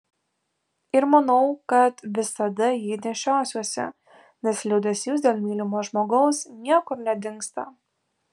ir manau kad visada jį nešiosiuosi nes liūdesys dėl mylimo žmogaus niekur nedingsta